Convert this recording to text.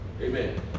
Amen